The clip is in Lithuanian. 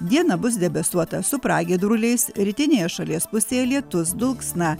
dieną bus debesuota su pragiedruliais rytinėje šalies pusėje lietus dulksna